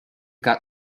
got